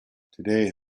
today